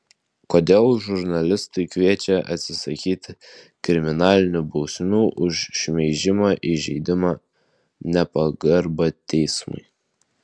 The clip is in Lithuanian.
kodėl žurnalistai kviečia atsisakyti kriminalinių bausmių už šmeižimą įžeidimą nepagarbą teismui